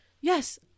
Yes